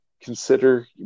consider